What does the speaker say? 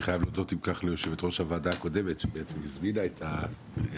אני חייב להודות ליושבת ראש הוועדה הקודמת שהזמינה את העבודה.